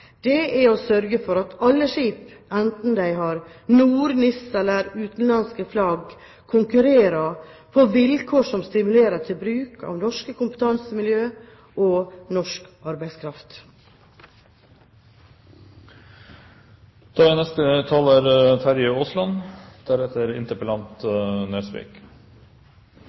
er å sørge for at alle skip – enten de har NOR- eller NIS-flagg, eller de har utenlandske flagg – konkurrerer på vilkår som stimulerer til bruk av norske kompetansemiljøer og norsk